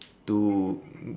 to